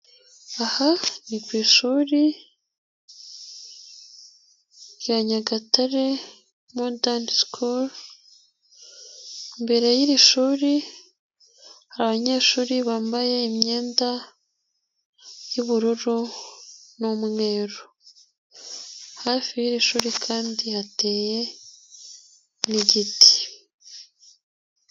Aha ni ku ishuri rya Nyagatare Modern School, imbere y'iri shuri abanyeshuri bambaye imyenda y'ubururu n'umweru, hafi y'iri shuri kandi hateye n'igiti.